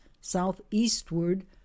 southeastward